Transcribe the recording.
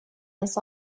this